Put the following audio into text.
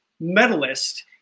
medalist